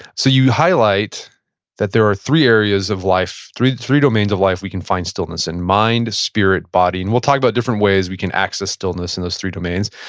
so, you highlight that there are three areas of life, three three domains of life we can find stillness, in mind, spirit, body. and we'll talk about different ways we can access stillness in those three domains.